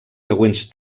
següents